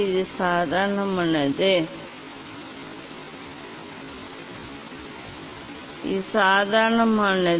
இது சாதாரணமானது இது சாதாரணமானது